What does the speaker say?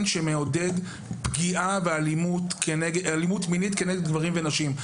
שמעודד פגיעה ואלימות מינית כנגד גברים ונשים?